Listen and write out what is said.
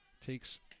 Takes